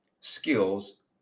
skills